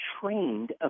trained